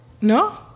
No